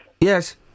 Yes